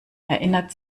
erinnert